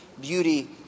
beauty